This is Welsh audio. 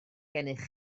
gennych